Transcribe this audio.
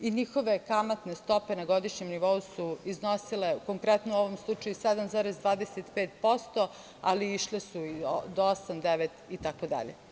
i njihove kamatne stope na godišnjem nivou su iznosile, konkretno u ovom slučaju 7,25%, ali išle su i do 8%, 9% itd.